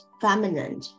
feminine